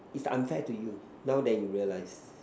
is unfair to you now then you realize